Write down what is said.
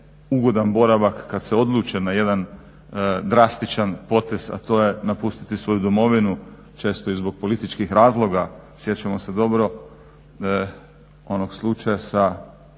ugodan boravak kad se odluče na jedan drastičan potez, a to je napustiti svoju Domovinu, često i zbog političkih razloga. Sjećamo se dobro onog slučaja sa